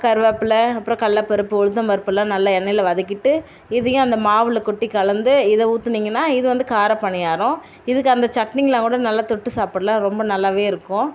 கருவேப்பில அப்புறம் கடல்லப்பருப்பு உளுத்தம் பருப்பெல்லாம் நல்லா எண்ணெயில் வதக்கிட்டு இதையும் அந்த மாவில் கொட்டி கலந்து இதை ஊற்றுனிங்கன்னா இது வந்து காரப்பனியாரம் இதுக்கு அந்த சட்னிங்கிலாம் கூட நல்லா தொட்டு சாப்பிடலாம் ரொம்ப நல்லாவே இருக்கும்